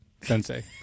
Sensei